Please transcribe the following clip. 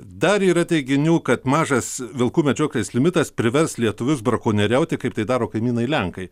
dar yra teiginių kad mažas vilkų medžioklės limitas privers lietuvius brakonieriauti kaip tai daro kaimynai lenkai